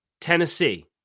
Tennessee